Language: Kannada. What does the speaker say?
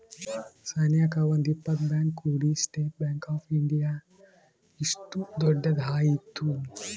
ಸನೇಕ ಒಂದ್ ಇಪ್ಪತ್ ಬ್ಯಾಂಕ್ ಕೂಡಿ ಸ್ಟೇಟ್ ಬ್ಯಾಂಕ್ ಆಫ್ ಇಂಡಿಯಾ ಇಷ್ಟು ದೊಡ್ಡದ ಆಯ್ತು